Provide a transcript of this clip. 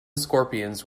scorpions